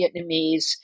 Vietnamese